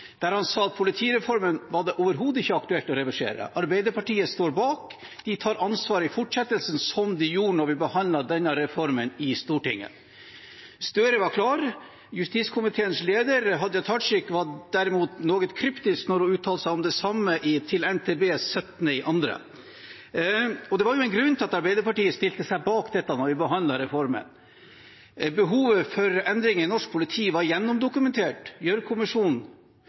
der han sa at det overhodet ikke var aktuelt å reversere politireformen. Arbeiderpartiet står bak, de tar ansvar i fortsettelsen, som de gjorde da vi behandlet denne reformen i Stortinget. Gahr Støre var klar, justiskomiteens leder, Hadia Tajik, var derimot noe kryptisk da hun uttalte seg om det samme til NTB den 17. februar. Det var en grunn til at Arbeiderpartiet stilte seg bak dette da vi behandlet reformen. Behovet for endringer i norsk politi var gjennomdokumentert.